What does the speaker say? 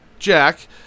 Jack